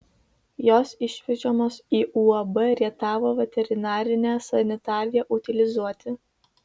jos išvežamos į uab rietavo veterinarinę sanitariją utilizuoti